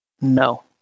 no